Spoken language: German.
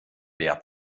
wer